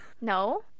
no